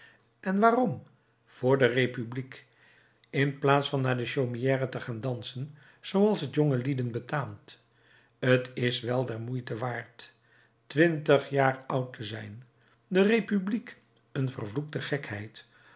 en waarom voor de republiek in plaats van naar de chaumière te gaan dansen zooals het jongen lieden betaamt t is wel der moeite waard twintig jaar oud te zijn de republiek een vervloekte gekheid